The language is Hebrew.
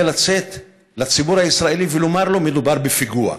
לצאת לציבור הישראלי ולומר לו: מדובר בפיגוע.